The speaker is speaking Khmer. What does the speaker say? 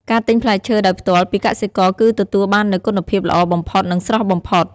ការទិញផ្លែឈើដោយផ្ទាល់ពីកសិករគឺទទួលបាននូវគុណភាពល្អបំផុតនិងស្រស់បំផុត។